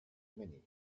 many